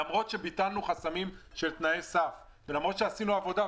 למרות שביטלנו חסמים של תנאי סף ולמרות שעשינו עבודה.